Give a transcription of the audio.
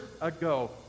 ago